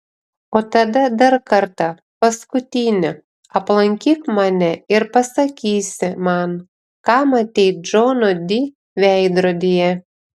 o tada dar kartą paskutinį aplankyk mane ir pasakysi man ką matei džono di veidrodyje